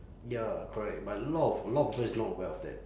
ya correct but a lot of a lot of people is not aware of that